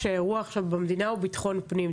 עכשיו במדינה הוא ביטחון פנים.